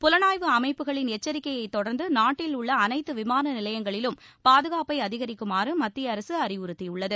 புலனாய்வு அமைப்புகளின் எச்சரிக்கையைத் தொடர்ந்து நாட்டில் உள்ள அனைத்து விமான நிலையங்களிலும் பாதுகாப்பை அதிகரிக்குமாறு மத்திய அரசு அறிவுறுத்தியுள்ளது